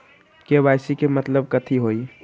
KYC के मतलब कथी होई?